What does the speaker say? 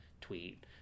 tweet